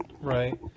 Right